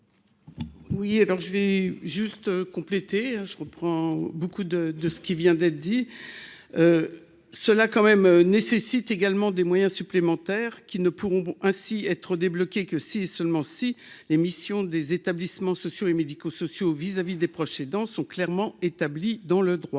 Oui, et donc je vais juste compléter je reprends beaucoup de de ce qui vient d'être dit cela quand même nécessite également des moyens supplémentaires qu'ils ne pourront ainsi être débloqués que si et seulement si, les missions des établissements sociaux et médico-sociaux vis-à-vis des proches aidants sont clairement établies dans le droit